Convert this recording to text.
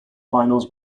finals